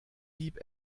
deep